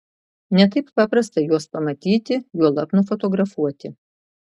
ne taip paprasta juos pamatyti juolab nufotografuoti